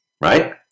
right